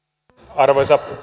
arvoisa